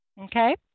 Okay